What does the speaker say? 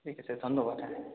ঠিক আছে ধন্যবাদ হ্যাঁ